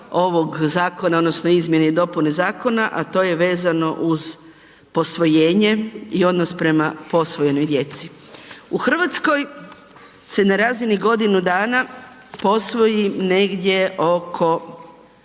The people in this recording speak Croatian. ovog zakona, odnosno izmjene i dopune zakona, a to je vezano uz posvojenje i odnos prema posvojenoj djeci. U Hrvatskoj se na razini godinu dana posvoji negdje oko